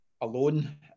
alone